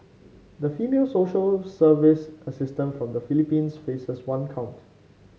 the female social service assistant from the Philippines faces one count